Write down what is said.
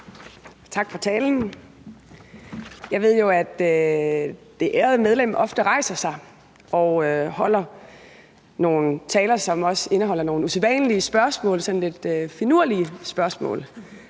Tak for talen. Jeg ved jo, at det ærede medlem ofte rejser sig og holder nogle taler, som også indeholder nogle usædvanlige spørgsmål, sådan lidt finurlige spørgsmål.